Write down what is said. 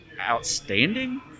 outstanding